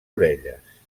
orelles